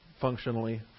functionally